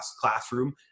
classroom